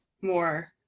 more